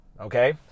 Okay